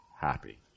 happy